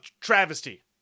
travesty